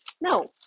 No